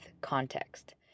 context